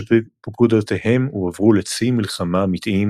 ושפקודותיהם הועברו לציי מלחמה אמיתיים